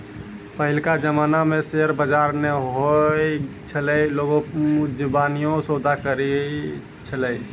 पहिलका जमाना मे शेयर बजार नै होय छलै लोगें मुजबानीये सौदा करै छलै